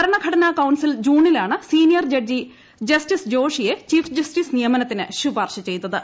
ഭരണഘടനാ കൌൺസിൽ ജൂണിലാണ് senior judge justice ജോഷിയെ ചീഫ് ജസ്റ്റീസ് നിയമ്നത്തിന് ശുപാർശ ചെയ്തത്